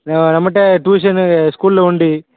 ஆ நம்மகிட்ட டியூஷனு ஸ்கூலில் உண்டு